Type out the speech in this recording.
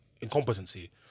incompetency